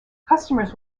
customers